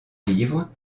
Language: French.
livres